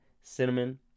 cinnamon